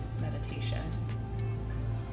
meditation